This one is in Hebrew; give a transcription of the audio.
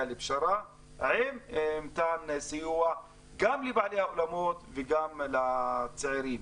לפשרה ולתת סיוע גם לבעיה אולמות וגם לצעירים.